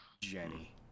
Jenny